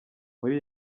muri